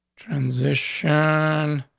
transition,